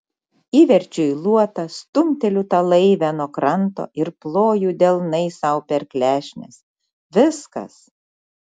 įverčiu į luotą stumteliu tą laivę nuo kranto ir ploju delnais sau per klešnes viskas